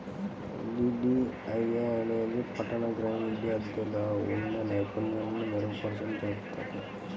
DDUAY అనేది పట్టణ, గ్రామీణ విద్యార్థుల్లో ఉండే నైపుణ్యాలను మెరుగుపర్చడం చేత్తది